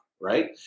right